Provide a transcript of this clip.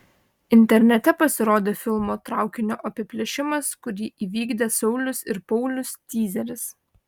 internete pasirodė filmo traukinio apiplėšimas kurį įvykdė saulius ir paulius tyzeris